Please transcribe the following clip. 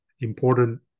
important